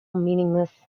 meaningless